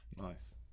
nice